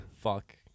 Fuck